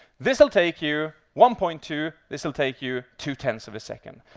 this will take you one point two, this will take you two-tenths of a second.